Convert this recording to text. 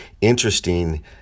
interesting